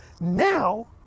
Now